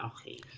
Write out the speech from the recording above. Okay